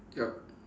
yup